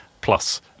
plus